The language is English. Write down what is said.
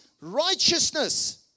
righteousness